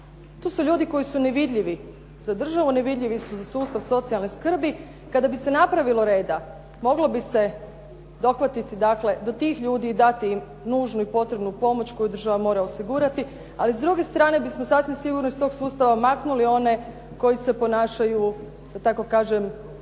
To su ljudi koji su nevidljivi za državu, nevidljivi su za sustav socijalne skrbi. Kada bi se napravilo reda, moglo bi se dohvatiti dakle, do tih ljudi i dati im nužnu i potrebnu pomoć koju država mora osigurati. Ali s druge strane bismo sasvim sigurno iz tog sustava maknuli one koji se ponašaju da tako kažem